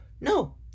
No